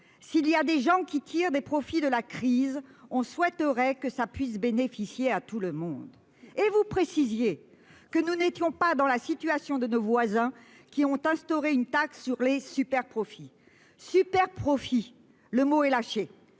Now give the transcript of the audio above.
S'il y a des gens qui tirent des profits de la crise, on souhaiterait que cela puisse bénéficier à tout le monde. » Et vous précisiez que nous n'étions pas dans la situation de nos voisins qui ont instauré une taxe sur les superprofits. « Superprofits », le mot est lâché